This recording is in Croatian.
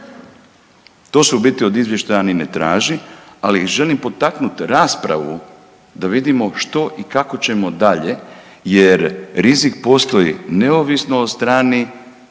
To se u biti od izvještaja niti ne traži. Ali želim potaknuti raspravu da vidimo što i kako ćemo dalje, jer rizik postoji neovisno o strani